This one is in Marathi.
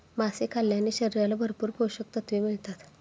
मासे खाल्ल्याने शरीराला भरपूर पोषकतत्त्वे मिळतात